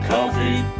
Coffee